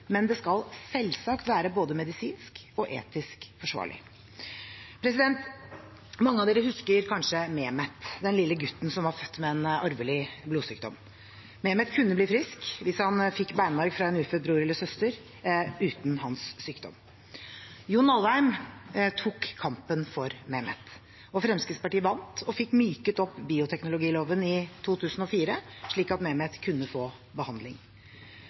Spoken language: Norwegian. men det skal selvsagt være både medisinsk og etisk forsvarlig. Mange av dere husker kanskje Mehmet, den lille gutten som var født med en arvelig blodsykdom. Mehmet kunne bli frisk hvis han fikk beinmarg fra en ufødt bror eller søster uten hans sykdom. John Alvheim tok kampen for Mehmet. Fremskrittspartiet vant og fikk myket opp bioteknologiloven i 2004, slik at Mehmet kunne få behandling.